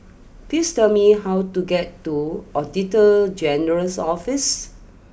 please tell me how to get to Auditor General's Office